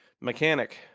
Mechanic